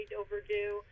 overdue